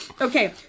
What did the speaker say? Okay